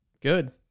Good